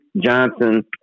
Johnson